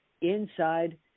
inside